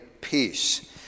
peace